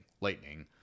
Lightning